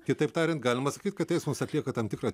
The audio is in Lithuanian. kitaip tariant galima sakyt kad teismas atlieka tam tikrą